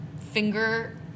finger